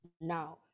now